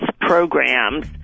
programs